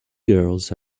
girls